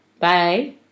Bye